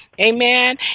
Amen